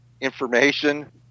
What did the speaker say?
information –